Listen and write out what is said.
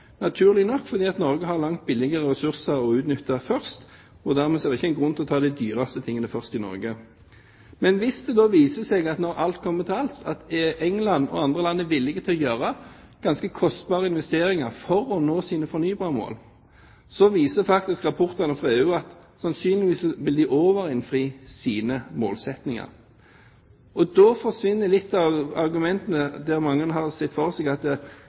naturlig nok. Norge har langt billigere ressurser å utnytte først, og dermed er det ikke grunn til å ta de dyreste tingene først i Norge. Men hvis det da viser seg, når alt kommer til alt, at England og andre land er villige til å gjøre ganske kostbare investeringer for å nå sine fornybarmål, viser faktisk rapportene fra EU at de sannsynligvis vil overinnfri sine målsettinger. Da forsvinner litt av argumentene, der mange har sett for seg at